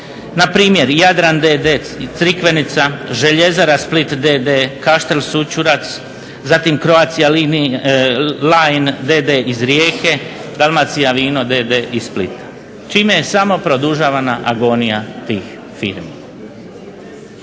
Na primjer Jadran d.d., Crikvenica, Željezara Split d.d., Kaštel Sućurac, zatim Croatia line d.d. iz Rijeke, Dalmacija vino d.d. iz Splita čime je samo produžavana agonija tih firmi.